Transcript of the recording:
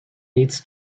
needs